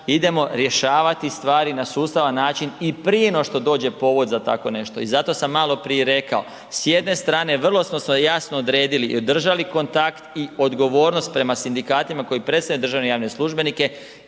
idemo rješavati stvari na sustavan način i prije nego što dođe povod za tako nešto. I zato sam maloprije rekao. S jedne strane vrlo smo se jasno odredili i držali kontakt i odgovornost prema sindikatima koji predstavljaju državne i javne službenike,